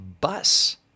bus